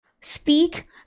Speak